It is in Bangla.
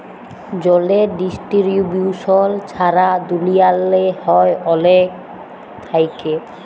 জলের ডিস্টিরিবিউশল ছারা দুলিয়াল্লে হ্যয় অলেক থ্যাইকে